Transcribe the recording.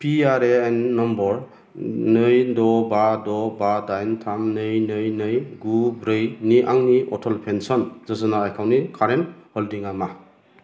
P R A N number नै द' बा द' बा दाइन थाम नै नै नै गु ब्रैनि आंनि अटल पेन्सन यजना एकाउन्टनि कारेन्ट हल्डिंआ मा